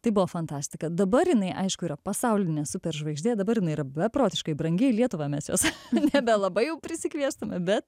tai buvo fantastika dabar jinai aišku yra pasaulinė superžvaigždė dabar jinai yra beprotiškai brangi į lietuvą mes jos nebelabai jau prisikviestume bet